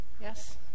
Yes